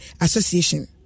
association